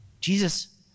Jesus